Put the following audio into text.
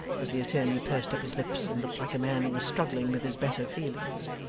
as the attorney pursed up his lips and looked like a man who was struggling with his better feelings.